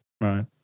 Right